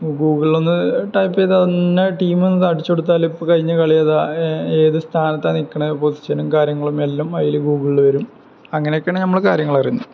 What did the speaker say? ഗൂഗിളിലൊന്ന് type ചെയ്താല് ഇന്ന ടീമൊന്ന് അടിച്ചുകൊടുത്താൽ ഇപ്പോള് കഴിഞ്ഞ കളിയേത് ഏത് സ്ഥാനത്താണ് നില്ക്കുന്നത് പൊസിഷനും കാര്യങ്ങളുമെല്ലം അതിൽ ഗൂഗിളിൽ വരും അങ്ങനെ ഒക്കെയാണ് നമ്മൾ കാര്യങ്ങളറിയുന്നത്